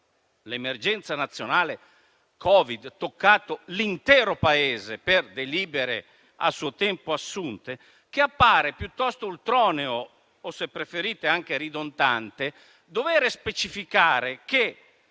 l'emergenza nazionale Covid toccato l'intero Paese, per delibere a suo tempo assunte, che appare piuttosto ultroneo o, se preferite, anche ridondante dover specificare e